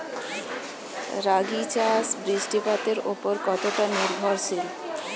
রাগী চাষ বৃষ্টিপাতের ওপর কতটা নির্ভরশীল?